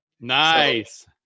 Nice